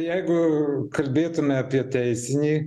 jeigu kalbėtume apie teisinį